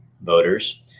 voters